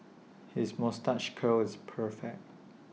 his moustache curl is perfect